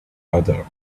other